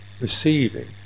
receiving